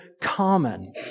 common